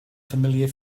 familiar